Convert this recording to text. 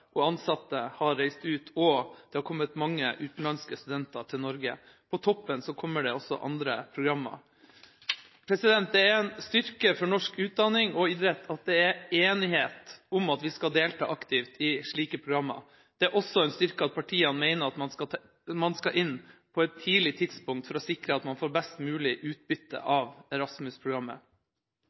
ut, og det har kommet mange utenlandske studenter til Norge. På toppen av dette kommer det også andre programmer. Det er en styrke for norsk utdanning og idrett at det er enighet om at vi skal delta aktivt i slike programmer. Det er også en styrke at partiene mener man skal inn på et tidlig tidspunkt for å sikre at man får best mulig utbytte av